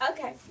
Okay